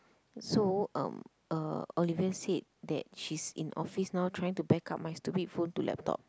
so um uh Olivia said that she's in office now trying to back up my stupid phone to laptop